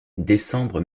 décembre